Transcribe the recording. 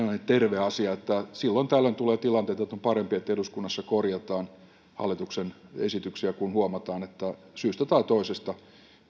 terve asia että silloin tällöin tulee tilanteita joissa on parempi että eduskunnassa korjataan hallituksen esityksiä kun huomataan että syystä tai toisesta